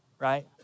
right